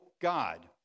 God